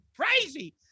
crazy